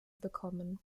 bekommen